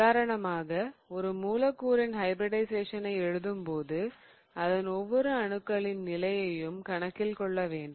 உதாரணமாக ஒரு மூலக்கூறின் ஹைபிரிடிஷயேசனை எழுதும்போது அதன் ஒவ்வொரு அணுக்களின் நிலையையும் கணக்கில் கொள்ள வேண்டும்